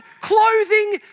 clothing